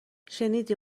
شنیدی